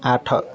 ଆଠ